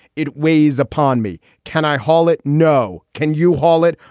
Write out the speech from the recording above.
it weighs upon me. can i haul it? no. can you haul it?